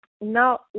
now